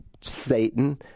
Satan